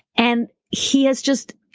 and he has just.